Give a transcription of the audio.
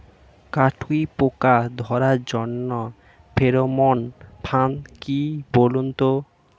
কাটুই পোকা ধরার জন্য ফেরোমন ফাদ কি বলুন তো?